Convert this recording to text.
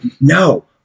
No